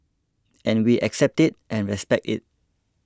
and we accept it and respect it